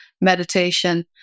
meditation